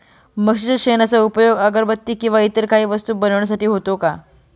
म्हशीच्या शेणाचा उपयोग अगरबत्ती किंवा इतर काही वस्तू बनविण्यासाठी होतो का?